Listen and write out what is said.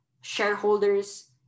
shareholders